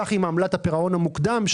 כך עם עמלת הפירעון המוקדם,